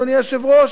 אדוני היושב-ראש,